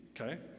okay